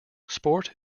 sport